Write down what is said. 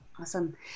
Awesome